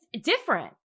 different